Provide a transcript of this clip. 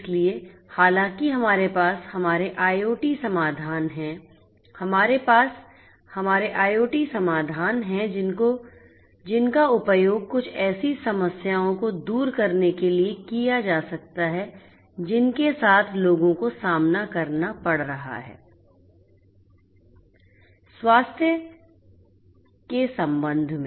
इसलिए हालांकि हमारे पास हमारे IOT समाधान हैं जिनका उपयोग कुछ ऐसी समस्याओं को दूर करने के लिए किया जा सकता है जिनके साथ लोगों को सामना करना पड़ता है स्वास्थ्य के सम्बन्ध में